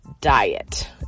diet